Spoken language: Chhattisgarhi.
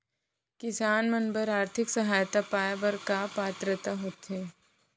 किसान मन बर आर्थिक सहायता पाय बर का पात्रता होथे?